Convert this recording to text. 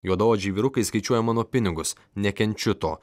juodaodžiai vyrukai skaičiuoja mano pinigus nekenčiu to